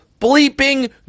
bleeping